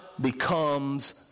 becomes